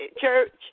church